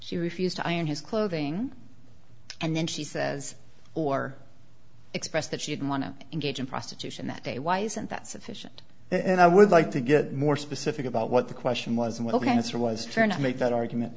she refused to iron his clothing and then she says or express that she didn't want to engage in prostitution that day why isn't that sufficient and i would like to get more specific about what the question was well cancer was trying to make that argument